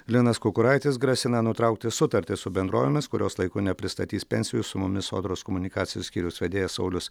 linas kukuraitis grasina nutraukti sutartį su bendrovėmis kurios laiku nepristatys pensijų su mumis sodros komunikacijos skyriaus vedėjas saulius